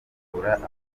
kuvura